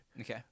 Okay